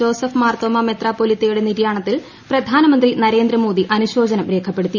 Joseph Marthoma മെത്രാപ്പൊലീത്തയുടെ നിര്യാണത്തിൽ പ്രധാനമന്ത്രി നരേന്ദ്രമോദി അനുശോചനം രേഖപ്പെടുത്തി